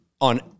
on